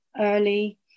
early